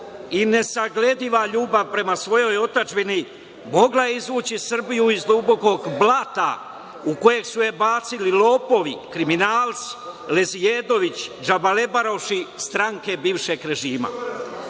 i nesaglediva ljubav prema svojoj otadžbini, mogla je izvući Srbiju iz dubokog blata, u koje su je bacili lopovi, kriminalci, lezijedovići, džabalebaroši, stranke bivšeg režima.